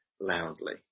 loudly